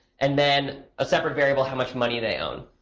and then a separate variable, how much money they own.